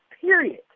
Period